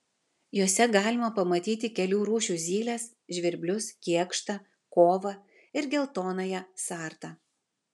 jose galima pamatyti kelių rūšių zyles žvirblius kėkštą kovą ir geltonąją sartą